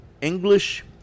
English